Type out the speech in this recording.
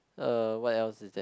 uh what else is there